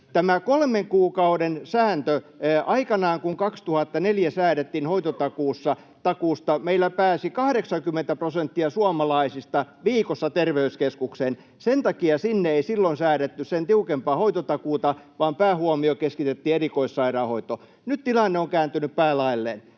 Tämä kolmen kuukauden sääntö: Aikanaan, kun 2004 säädettiin hoitotakuusta, meillä pääsi 80 prosenttia suomalaisista viikossa terveyskeskukseen. Sen takia sinne ei silloin säädetty sen tiukempaa hoitotakuuta, vaan päähuomio keskitettiin erikoissairaanhoitoon. Nyt tilanne on kääntynyt päälaelleen.